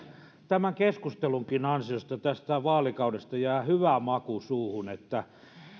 tämän keskustelunkin ansiosta tästä vaalikaudesta jää hyvä maku suuhun